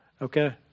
Okay